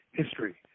history